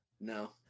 No